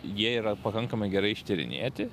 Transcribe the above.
jie yra pakankamai gerai ištyrinėti